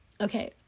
Okay